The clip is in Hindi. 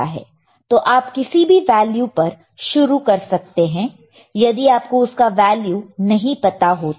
तो आप किसी भी वैल्यू पर शुरू कर सकते हैं यदि आपको उसका वैल्यू नहीं पता हो तो